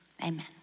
amen